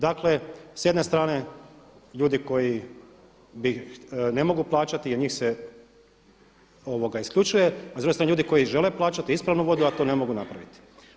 Dakle s jedne strane ljudi koji ne mogu plaćati jer njih se isključuje, a s druge strane ljudi koji žele plaćati ispravnu vodu, a to ne mogu napraviti.